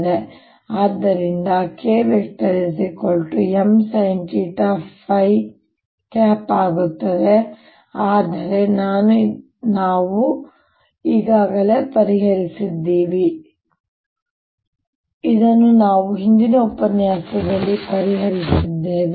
ಮತ್ತು ಆದ್ದರಿಂದ KMsinθ ಆಗುತ್ತದೆ ಆದರೆ ಇದನ್ನು ನಾವು ಈಗಾಗಲೇ ಪರಿಹರಿಸಿದ್ದೇವೆ ಇದನ್ನು ನಾವು ಹಿಂದಿನ ಉಪನ್ಯಾಸದಲ್ಲಿ ಪರಿಹರಿಸಿದ್ದೇವೆ